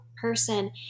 person